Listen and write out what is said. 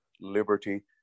liberty